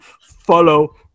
Follow